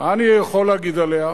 מה אני יכול להגיד עליה?